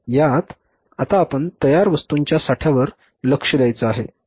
यात आता आपण तयार वस्तूंच्या साठ्यावर लक्ष द्यायचं आहे